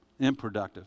improductive